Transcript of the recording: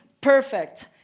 perfect